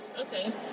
okay